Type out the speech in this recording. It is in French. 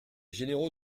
généraux